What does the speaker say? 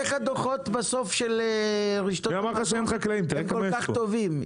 איך הדוחות בסוף של רשתות השיווק הם כל כך טובים,